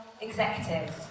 executives